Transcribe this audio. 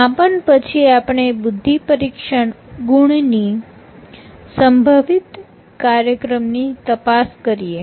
માપન પછી આપણે બુદ્ધિ પરીક્ષણ ગુણની સંભવિત કાર્યક્રમ ની તપાસ કરીએ